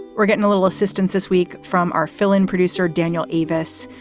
we're getting a little assistance this week from our fill-in producer, daniel eavis.